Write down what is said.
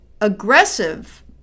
aggressive